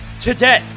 today